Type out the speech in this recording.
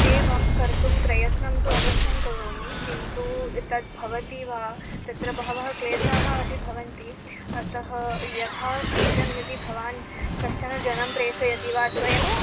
एवं कर्तुं प्रयत्नं तु अवश्यं करोमि किन्तु तद् भवति वा तत्र बहवः क्लेशाः अपि भवन्ति अतः यथा शीघ्रं यदि भवान् कश्चन जनाः प्रसयति वा स्वयम्